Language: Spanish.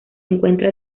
encuentra